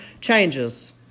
changes